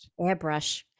Airbrush